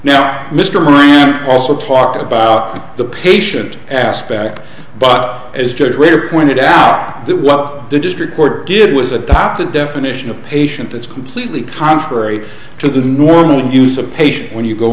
now mr moran also talked about the patient aspect but as generator pointed out that what the district court did was adopted definition of patient that's completely contrary to the normal use a patient when you go